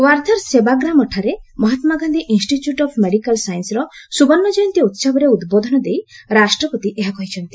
ୱାର୍ଦ୍ଧାର ସେବାଗ୍ରାମଠାରେ Mahatma Gandhi institute of medical ସାଇନ୍ସେସ୍ର ସୁବର୍ଷ୍ଣ କ୍ରୟନ୍ତୀ ଉତ୍ସବରେ ଉଦ୍ବୋଧନ ଦେଇ ରାଷ୍ଟ୍ରପତି ଏହା କହିଛନ୍ତି